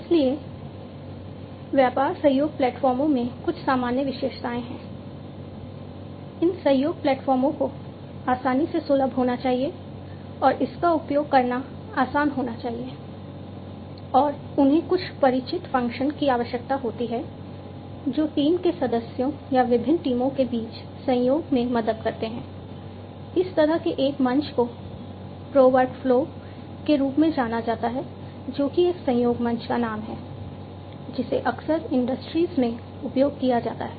इसलिए व्यापार सहयोग प्लेटफॉर्मस में उपयोग किया जाता है